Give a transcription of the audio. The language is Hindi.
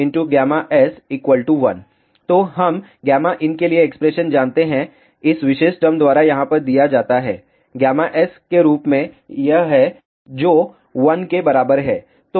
तो हम Γin के लिए एक्सप्रेशन जानते है इस विशेष टर्म द्वारा यहाँ पर दिया जाता है s के रूप में यह है जो 1 के बराबर है